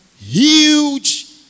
huge